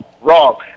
wrong